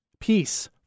Peace